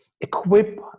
equip